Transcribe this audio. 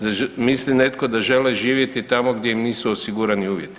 Zar misli netko da žele živjeti tamo gdje im nisu osigurani uvjeti?